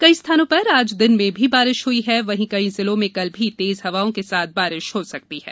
कई स्थानों पर आज दिन में भी बारिश हई है वहीं कई जिलों में कल भी तेज हवाओं के साथ बारिश हो सकती है